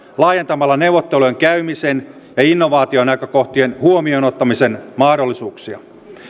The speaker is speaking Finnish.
laajentamalla neuvottelujen käymisen ja innovaationäkökohtien huomioon ottamisen mahdollisuuksia